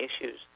issues